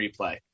replay